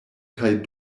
kaj